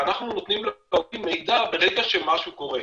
ואנחנו נותנים --- מידע ברגע שמשהו קורה.